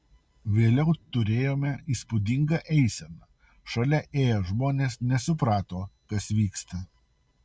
vėliau turėjome įspūdingą eiseną šalia ėję žmonės nesuprato kas vyksta